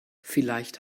vielleicht